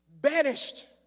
Banished